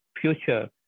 future